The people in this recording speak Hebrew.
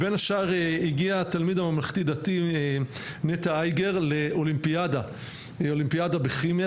ובין השאר הגיע תלמיד הממלכתי-דתי נטע אייגר לאולימפיאדה לכימיה,